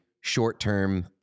short-term